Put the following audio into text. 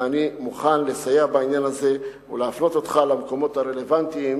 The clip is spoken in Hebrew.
ואני מוכן לסייע בעניין הזה ולהפנות אותך למקומות הרלוונטיים,